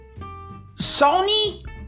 Sony